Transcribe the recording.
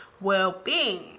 well-being